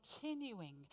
continuing